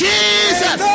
Jesus